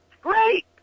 Great